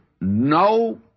no